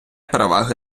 переваги